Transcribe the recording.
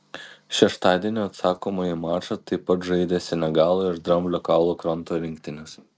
šeštadienį atsakomąjį mačą taip pat žaidė senegalo ir dramblio kaulo kranto rinktinės